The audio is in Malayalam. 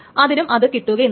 അതിനും അത് കിട്ടുന്നില്ല